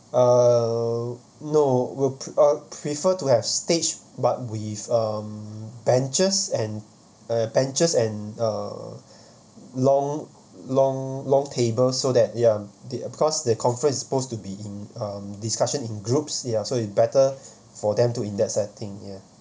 uh no we'll uh prefer to have stage but with um benches and eh benches and a long long long table so that ya they cause the conference is supposed to be in um discussion in groups ya so it's better for them to in that setting ya